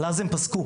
אבל אז הם פסקו.